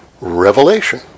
revelation